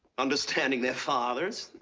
understanding their fathers?